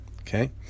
okay